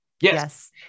Yes